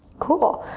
cool.